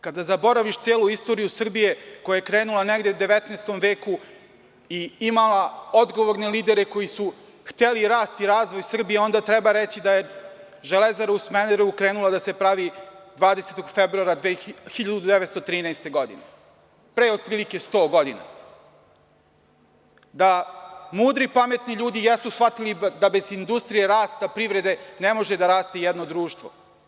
Kada zaboraviš celu istoriju Srbije, koja je krenula negde u 19. veku i imala odgovorne lidere koji su hteli rast i razvoj Srbije, onda treba reći da je Železara u Smederevu krenula da se pravi 20. februara 1913. godine, pre otprilike 100 godina, da mudri i pametni ljudi jesu shvatili da bez industrije i rasta privrede ne može da raste jedno društvo.